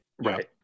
right